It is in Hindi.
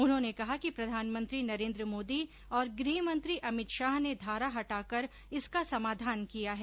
उन्होंने कहा कि प्रधानमंत्री नरेन्द्र मोदी और गृह मंत्री अमित शाह ने धारा हटाकर इसका समाधान किया है